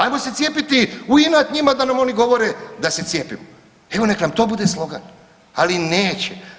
Ajmo se cijepiti u inat njima da nam oni govore da se cijepimo, evo nek nam to bude slogan, ali neće.